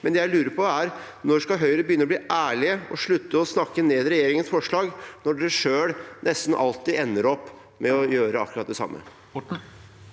men det jeg lurer på, er: Når skal Høyre begynne å bli ærlig og slutte å snakke ned regjeringens forslag, når partiet selv nesten alltid ender opp med å gjøre akkurat det samme?